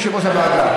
אדוני יושב-ראש הוועדה.